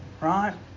Right